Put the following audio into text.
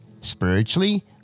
spiritually